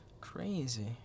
Crazy